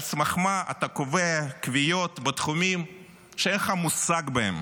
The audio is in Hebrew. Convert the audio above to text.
על סמך מה אתה קובע קביעות בתחומים שאין לך מושג בהם?